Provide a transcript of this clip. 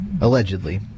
allegedly